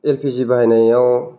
L P G बाहायनायाव